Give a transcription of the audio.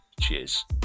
Cheers